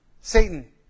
Satan